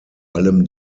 allem